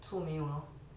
做没有 lor